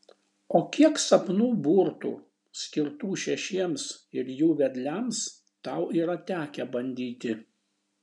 o kiek sapnų burtų skirtų šešiems ir jų vedliams tau yra tekę bandyti